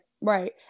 right